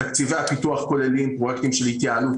תקציבי הפיתוח כוללים פרויקטים של התייעלות